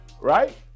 Right